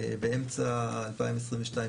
באמצע 2022,